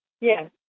Yes